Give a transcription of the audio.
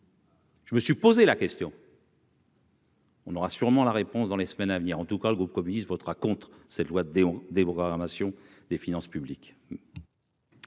Je me suis posé la question. On aura sûrement la réponse dans les semaines à venir, en tout cas le groupe communiste votera contre cette loi des des bras mation des finances publiques.